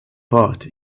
part